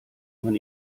man